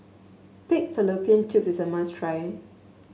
Pig Fallopian Tubes is a must try